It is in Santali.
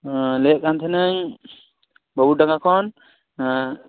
ᱚᱸᱻ ᱞᱟ ᱭᱮᱫ ᱠᱟᱱ ᱛᱟᱦᱮᱠᱟᱱᱟ ᱧ ᱵᱟ ᱵᱩ ᱰᱷᱟᱝᱜᱟ ᱠᱷᱚᱱ